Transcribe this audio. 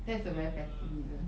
that's a very petty reason